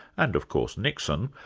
and of course nixon,